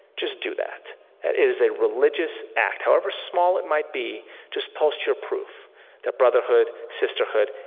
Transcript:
just do that. it is a religious act, however small it might be. just post your proof that brotherhood, sisterhood,